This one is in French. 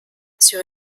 sur